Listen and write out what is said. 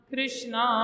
Krishna